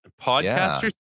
Podcasters